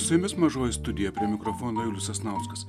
su jumis mažoji studija prie mikrofono julius sasnauskas